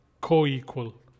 co-equal